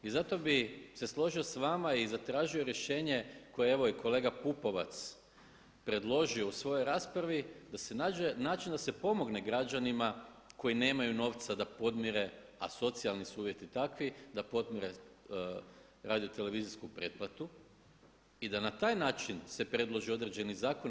I zato bi se složio s vama i zatražio rješenje koje je evo i kolega Pupovac predložio u svojoj raspravi da se nađe način da se pomogne građanima koji nemaju novca da podmire, a socijalni su uvjeti takvi, da podmire radiotelevizijsku pretplatu i da na taj način se predlože određeni zakoni.